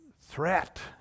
threat